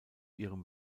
ihrem